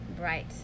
Right